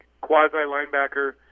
quasi-linebacker